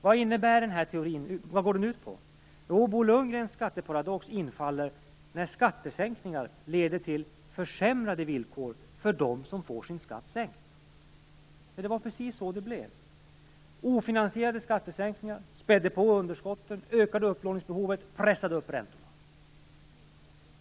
Vad innebär den här teorin? Vad går den ut på? Jo, Bo Lundgrens skatteparadox infaller när skattesänkningar leder till försämrade villkor för dem som får sin skatt sänkt. Det var precis så det blev. Ofinansierade skattesänkningar spädde på underskotten, ökade upplåningsbehovet och pressade upp räntorna.